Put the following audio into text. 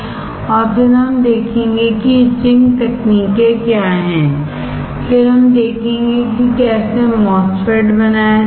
और फिर हम देखेंगे कि ईचिंग तकनीकें क्या हैं फिर हम देखेंगे कि कैसे MOSFET बनाया जाता है